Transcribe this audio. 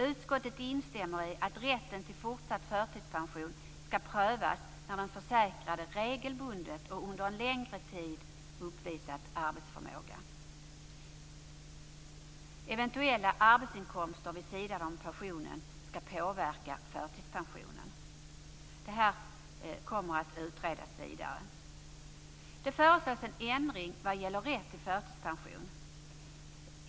Utskottet instämmer i att rätten till fortsatt förtidspension skall prövas när den försäkrade regelbundet och under en längre tid uppvisat arbetsförmåga. Eventuella arbetsinkomster vid sidan av pensionen skall påverka förtidspensionen. Det här kommer att utredas vidare. Det föreslås en ändring vad gäller rätt till förtidspension.